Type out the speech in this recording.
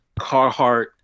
Carhartt